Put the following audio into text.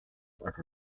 aga